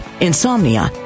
insomnia